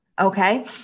okay